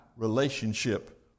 relationship